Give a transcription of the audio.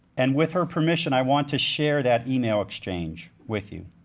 and with her permission, i want to share that email exchange with you.